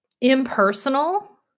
impersonal